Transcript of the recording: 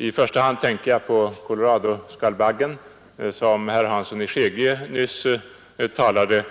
I första hand tänker jag på koloradoskalbaggen, som herr Hansson i Skegrie talade